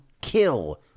kill